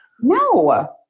No